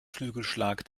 flügelschlag